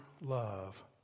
love